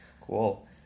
cool